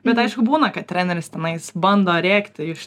bet aišku būna kad treneris tenais bando rėkti iš